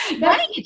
right